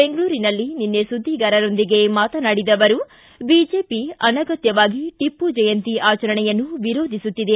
ಬೆಂಗಳೂರಿನಲ್ಲಿ ನಿನ್ನೆ ಸುದ್ದಿಗಾರರೊಂದಿಗೆ ಮಾತನಾಡಿದ ಅವರು ಬಿಜೆಪಿ ಅನಗತ್ಯವಾಗಿ ಟಿಪ್ಪು ಜಯಂತಿ ಆಚರಣೆಯನ್ನು ವಿರೋಧಿಸುತ್ತಿದೆ